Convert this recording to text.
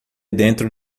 dentro